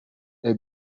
est